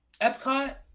Epcot